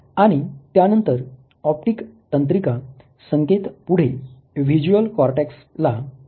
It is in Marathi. आणि त्यानंतर ऑप्टिक तंत्रिका संकेत पुढे व्हिज्युअल कॉर्टेक्स ला देते